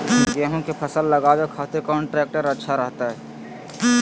गेहूं के फसल लगावे खातिर कौन ट्रेक्टर अच्छा रहतय?